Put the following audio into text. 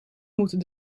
moeten